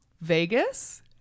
vegas